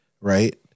right